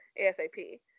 ASAP